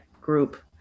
group